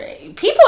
people